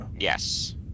Yes